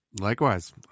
likewise